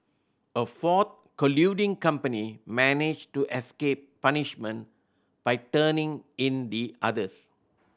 a fourth colluding company managed to escape punishment by turning in the others